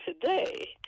today